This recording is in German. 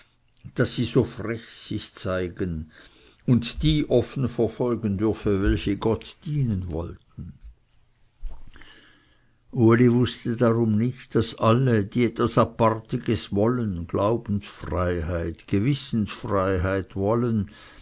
daß sie so frech sich zeigen und die offen verfolgen dürfe welche gott dienen wollten uli wußte dar um nicht daß alle die etwas apartiges wollen glaubensfreiheit gewissensfreiheit wollen